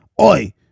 Oi